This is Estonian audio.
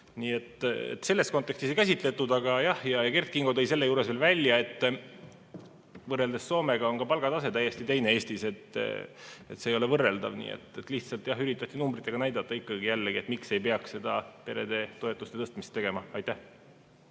Nii et selles kontekstis ei käsitletud. Aga jah, Kert Kingo tõi selle juures veel välja, et võrreldes Soomega on ka palgatase Eestis täiesti teine, see ei ole võrreldav. Lihtsalt üritati jällegi numbritega näidata, miks ei peaks seda peretoetuste tõstmist tegema. Aitäh!